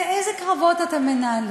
איזה קרבות אתם מנהלים?